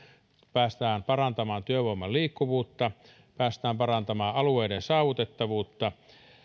päästään parantamaan työvoiman liikkuvuutta päästään parantamaan alueiden saavutettavuutta